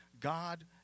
God